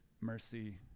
mercy